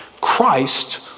Christ